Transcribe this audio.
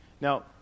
Now